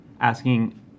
asking